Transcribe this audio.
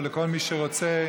או לכל מי שרוצה,